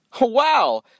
Wow